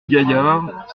gaillard